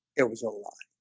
it was a lot